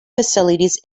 facilities